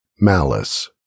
malice